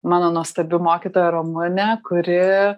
mano nuostabi mokytoja ramunė kuri